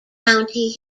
county